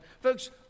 folks